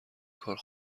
کاری